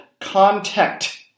contact